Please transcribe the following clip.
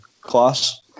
Class